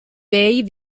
vell